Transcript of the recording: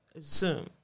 Zoom